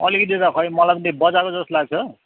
अलिकति त खै मलाई पनि त्यो बजाको जस्तो लाग्छ